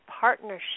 partnership